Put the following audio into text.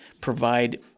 provide